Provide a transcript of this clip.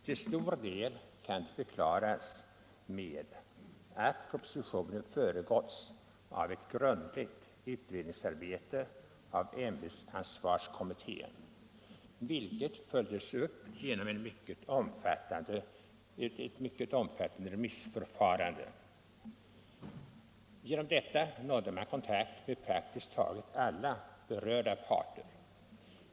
Till stor del kan det förklaras med att propositionen har föregåtts av ett grundligt utredningsarbete av ämbetsansvarskommittén, vilket har följts upp genom ett mycket omfattande remissförfarande. Genom detta nådde man kontakt med praktiskt taget alla berörda parter.